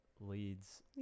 leads